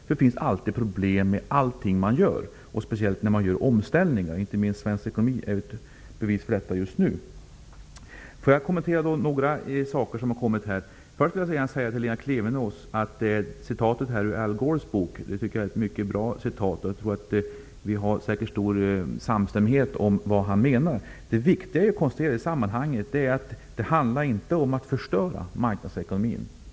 Det finns problem med allting man gör, speciellt gäller det omställningar. Inte minst svensk ekonomi är just nu ett bevis för detta. Jag skall kommentera några saker som har kommit upp. Först vill jag säga till Lena Klevenås att citatet ur Al Gores bok är mycket bra. Det finns säkert stor samstämmighet om vad han menar. Det viktiga att konstatera i sammanhanget är att det inte handlar om att förstöra marknadsekonomin.